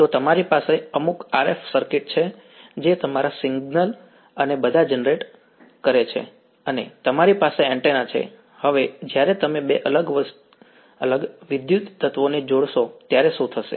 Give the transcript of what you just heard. તો તમારી પાસે અમુક RF સર્કિટ છે જે તમારા સિગ્નલ અને બધા જનરેટ કરે છે અને તમારી પાસે એન્ટેના છે હવે જ્યારે તમે બે અલગ અલગ વિદ્યુત તત્વોને જોડશો ત્યારે શું થશે